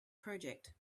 project